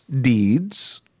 deeds